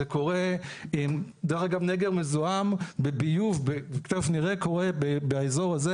נגר מזוהם בביוב קורה באזור הזה,